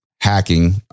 hacking